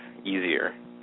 easier